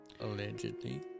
Allegedly